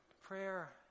prayer